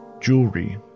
jewelry